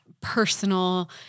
personal